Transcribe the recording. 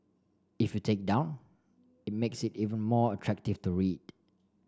if you take down it makes it even more attractive to read